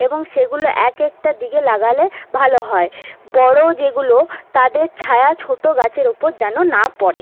এবং সেগুলো এক একটা দিকে লাগালে ভালো হয় বড়োও যেগুলো তাদের ছায়া ছোটো গাছের ওপর যেন না পড়ে